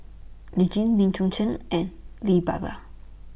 YOU Jin Lee Choon Seng and Lee Bee Wah